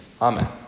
Amen